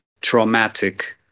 traumatic